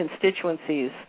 constituencies